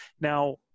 now